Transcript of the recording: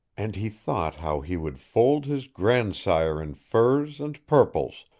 and he thought how he would fold his grandsire in furs and purples,